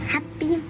Happy